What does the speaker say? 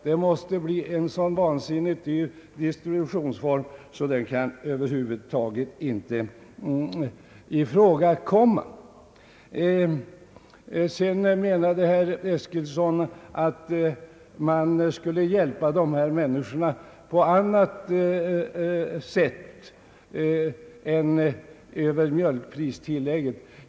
Det måste bli en så vansinnigt dyr distributionsform att den över huvud taget inte kan komma i man skulle hjälpa dessa människor på annat sätt, via mjölkpristillägget.